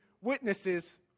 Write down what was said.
witnesses